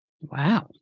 Wow